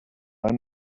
i’m